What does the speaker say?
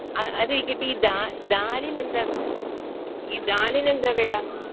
അതിരിക്കട്ടെ ഈ ഡാലിനെന്താ ഈ ഡാലിനെന്താ വില